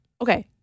Okay